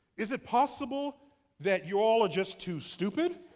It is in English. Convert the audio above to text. is it possible that y'all are just too stupid?